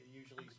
usually